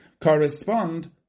correspond